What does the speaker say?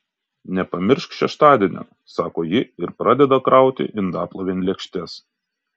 nepamiršk šeštadienio sako ji ir pradeda krauti indaplovėn lėkštes